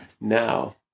now